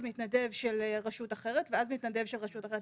מתנדב של רשות אחרת ואז מתנדב של רשות אחרת.